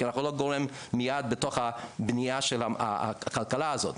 כי אנחנו לא גורם בתוך הבנייה של הכלכלה הזאת,